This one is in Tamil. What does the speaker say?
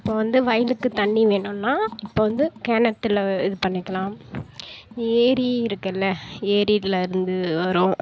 இப்போ வந்து வயலுக்கு தண்ணி வேணும்னா இப்போ வந்து கிணத்துல இது பண்ணிக்கலாம் ஏரி இருக்குதுல்ல ஏரிலேருந்து வரும்